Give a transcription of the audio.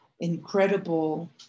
incredible